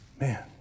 Man